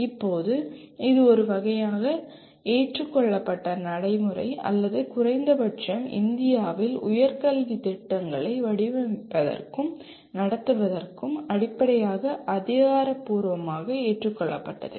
இப்போது இது ஒரு வகையான ஏற்றுக்கொள்ளப்பட்ட நடைமுறை அல்லது குறைந்தபட்சம் இந்தியாவில் உயர் கல்வித் திட்டங்களை வடிவமைப்பதற்கும் நடத்துவதற்கும் அடிப்படையாக அதிகாரப்பூர்வமாக ஏற்றுக்கொள்ளப்பட்டது